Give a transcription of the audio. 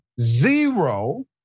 zero